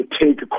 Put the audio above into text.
take